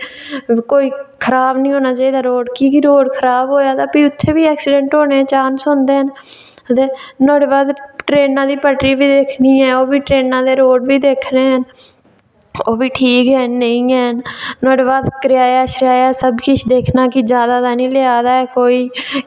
कोई खराब निं होना चाहिदा रोड़ कि के रोड़ खराब होएआ ते फ्ही उत्थें बी ऐक्सीडेंट होने दे चांस होंदे न ते नुहाड़े बाद ते ट्रेनां दी पटरी बी दिक्खनी ऐ ओह् ट्रेनां दे रोड़ बी दिक्खने ऐ ओह् बी ठीक हैन नेईं हैन नुहाड़े बाद कराया शराया सब किश दिक्खना कि जादा तां निं लैआ दा ऐ कोई